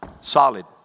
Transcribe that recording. solid